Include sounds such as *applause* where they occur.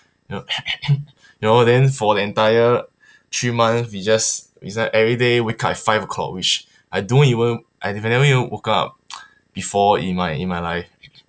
*noise* you know then for the entire three months we just we start every day wake up at five o'clock which I don't even I never even woke up *breath* before in my in my life